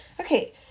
Okay